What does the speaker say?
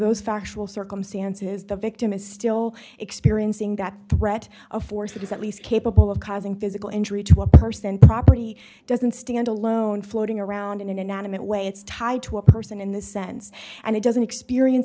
those factual circumstances the victim is still experiencing that threat a force that is at least capable of causing physical injury to a person property doesn't stand alone floating around in an inanimate way it's tied to a person in this sense and it doesn't experience